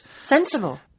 Sensible